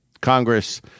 congress